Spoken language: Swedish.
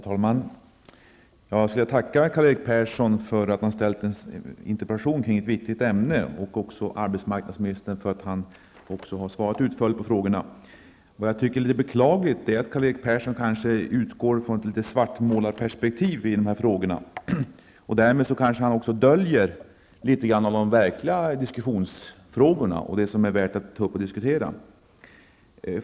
Herr talman! Jag skulle vilja tacka Karl-Erik Persson för att han ställt en interpellation i ett viktigt ämne och också arbetsmarknadsministern för att han svarat utförligt på frågorna i interpellationen. Vad jag tycker är litet beklagligt är att Karl-Erik Persson i viss mån utgår från ett svartmålningsperspektiv och att han kanske därmed också döljer något av de verkliga diskussionsfrågorna och det som är värt att ta upp till debatt.